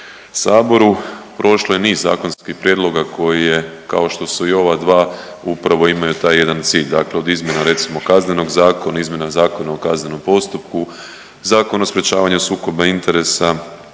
HS, prošla je niz zakonskih prijedloga koji je kao što su i ova dva upravo imaju taj jedan cilj, dakle od izmjena recimo Kaznenog zakona, izmjena Zakona o kaznenom postupku, Zakon o sprječavanju sukoba interesa,